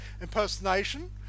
impersonation